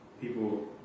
people